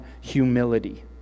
humility